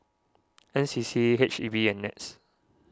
N C C H E B and Nets